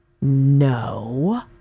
No